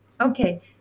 Okay